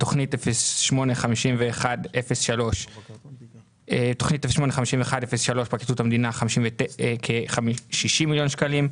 בתוכנית 08-51-03 פרקליטות המדינה: כ-60 מיליון שקלים.